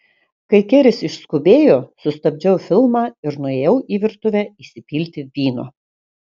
kai keris išskubėjo sustabdžiau filmą ir nuėjau į virtuvę įsipilti vyno